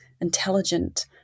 intelligent